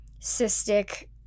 cystic